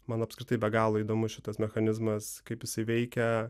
man apskritai be galo įdomus šitas mechanizmas kaip jisai veikia